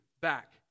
back